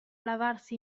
lavarsi